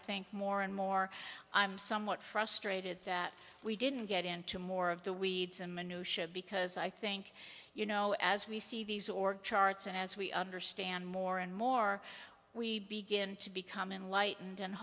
think more and more i'm somewhat frustrated that we didn't get into more of the weeds and minutiae because i think you know as we see these org charts and as we understand more and more we begin to become enlightened and